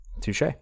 Touche